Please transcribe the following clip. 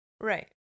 Right